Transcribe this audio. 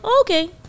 okay